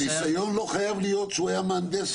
הניסיון לא חייב להיות שהוא היה מהנדס